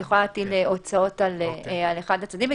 היא יכולה להטיל הוצאות על אחד הצדדים.